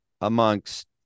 amongst